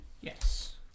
Yes